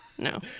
No